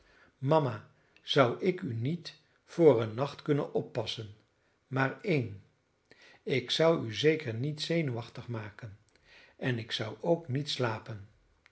mama zou ik u niet voor een nacht kunnen oppassen maar één ik zou u zeker niet zenuwachtig maken en ik zou ook niet slapen